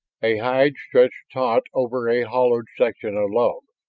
a hide stretched taut over a hollowed section of log.